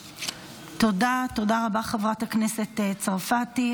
תודה, חברת הכנסת צרפתי.